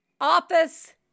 office